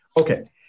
Okay